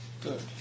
Good